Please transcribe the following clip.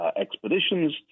expeditions